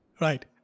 right